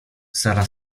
sara